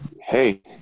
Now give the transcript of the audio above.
Hey